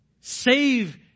save